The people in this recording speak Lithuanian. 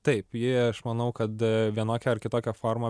taip ji aš manau kad vienokia ar kitokia forma